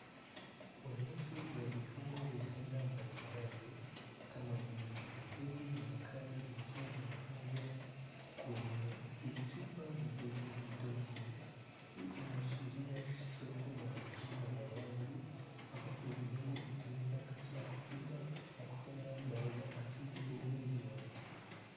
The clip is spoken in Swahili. Onyesho ya viungo vya aina mbalimbali, kama vile pilipili na curry vikiwa vimepangwa kwenye vichupa vidogo vidogo inaashiria soko la viungo la wazi ambapo viungo hutumika katika kupika na kutengeneza dawa ya asili kuuzwa.